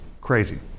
Crazy